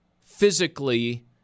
physically